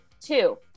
Two